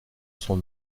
son